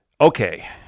Okay